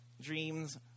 Dreams